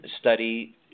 study